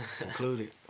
included